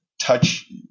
touch